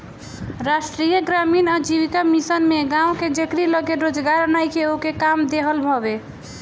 राष्ट्रीय ग्रामीण आजीविका मिशन से गांव में जेकरी लगे रोजगार नईखे ओके काम देहल हवे